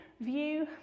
view